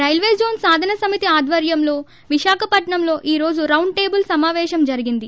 railway zone సాధన సమితి ఆద్వర్యం లో విశాఖపట్సం లో ఈ రోజు రౌండ్ టేబుల్ సమాపేశం జరిగింది